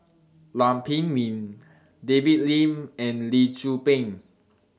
Lam Pin Min David Lim and Lee Tzu Pheng